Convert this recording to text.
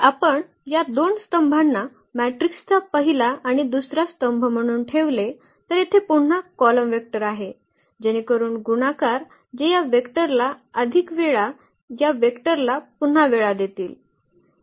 जर आपण या दोन स्तंभांना मॅट्रिक्सचा पहिला आणि दुसरा स्तंभ म्हणून ठेवले तर येथे पुन्हा कॉलम वेक्टर आहे जेणेकरून गुणाकार जे या वेक्टरला अधिक वेळा या वेक्टरला पुन्हा वेळा देतील